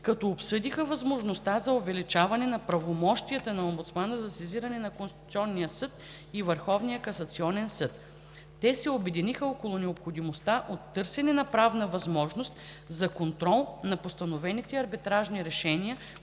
като обсъдиха възможността за увеличаване на правомощията на омбудсмана за сезиране на Конституционния съд и Върховния касационен съд. Те се обединиха около необходимостта от търсене на правна възможност за контрол на постановените арбитражни решения,